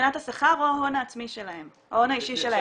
מבחינת השכר או ההון העצמי שלהם או ההון האישי שלהם.